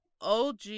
OG